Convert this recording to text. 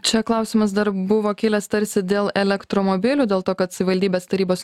čia klausimas dar buvo kilęs tarsi dėl elektromobilių dėl to kad savivaldybės tarybos